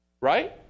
Right